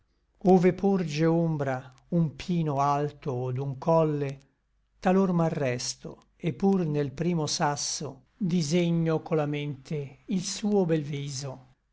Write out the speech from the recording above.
ove porge ombra un pino alto od un colle talor m'arresto et pur nel primo sasso disegno co la mente il suo bel viso